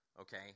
okay